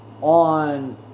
on